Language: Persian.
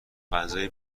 غذای